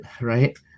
right